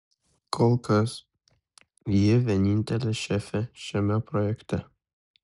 kol kas ji vienintelė šefė šiame projekte